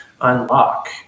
unlock